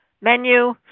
menu